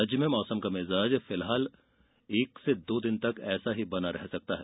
राज्य में मौसम का मिजाज फिलहाल एक से दो दिन तक ऐसा ही बना रह सकता है